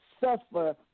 suffer